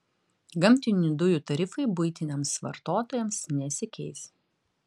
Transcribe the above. gamtinių dujų tarifai buitiniams vartotojams nesikeis